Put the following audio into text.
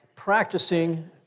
practicing